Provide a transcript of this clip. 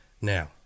Now